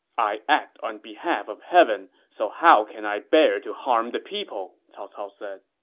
i act on behalf of heaven so how can i bear to harm the people? cao cao said